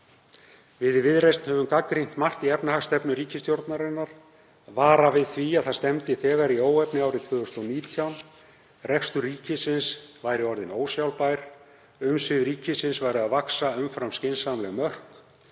Við í Viðreisn höfum gagnrýnt margt í efnahagsstefnu ríkisstjórnarinnar og varað við því að það stefndi þegar í óefni árið 2019. Rekstur ríkisins væri orðinn ósjálfbær. Umsvif ríkisins væru að vaxa umfram skynsamleg mörk,